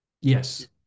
Yes